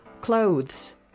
clothes